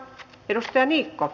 jos karikko